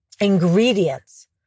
ingredients